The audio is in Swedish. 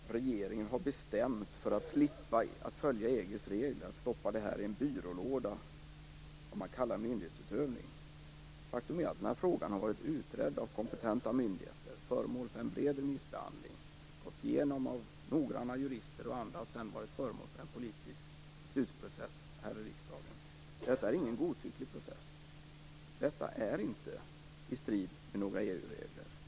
Hon säger också att regeringen för att slippa följa EG:s regler har bestämt sig för att stoppa detta i en byrålåda märkt Faktum är att den här frågan har utretts av kompetenta myndigheter, varit föremål för en bred remissbehandling, gåtts igenom av noggranna jurister och andra och sedan varit föremål för en politisk beslutsprocess här i riksdagen. Detta är ingen godtycklig process. Detta är inte i strid med några EG-regler.